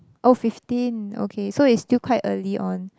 oh fifteen okay so it's still quite early on